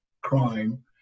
crime